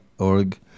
org